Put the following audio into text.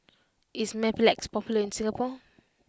is Mepilex popular in Singapore